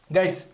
Guys